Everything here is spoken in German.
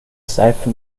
seife